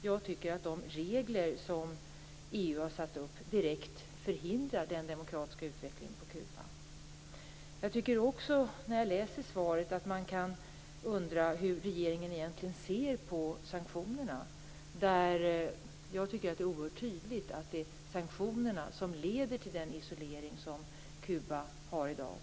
Jag tycker att de regler som EU har satt upp direkt förhindrar den demokratiska utvecklingen på Kuba. Man kan undra hur regeringen egentligen ser på sanktionerna. Jag tycker att det är oerhört tydligt att det är sanktionerna som leder till den isolering som råder på Kuba i dag.